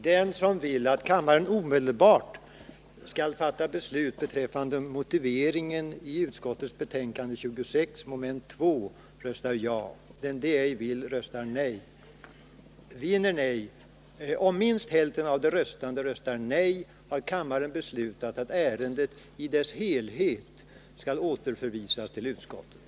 Propositioner ställs först beträffande utskottets hemställan och därefter i fråga om motiveringen. Om minst hälften av de röstande röstar nej har kammaren beslutat att ärendet i dess helhet skall återförvisas till utskottet.